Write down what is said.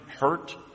hurt